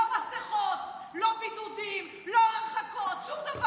לא מסכות, לא בידודים, לא הרחקות, שום דבר.